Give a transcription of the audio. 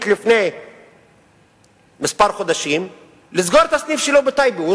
לפני חודשים מספר לסגור את הסניף שלו בטייבה.